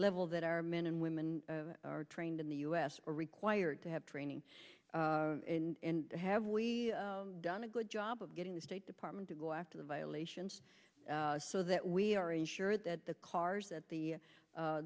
ll that our men and women are trained in the us are required to have training and have we done a good job of getting the state department to go after the violations so that we are ensure that the cars that the